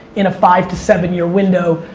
in a five to seven year window,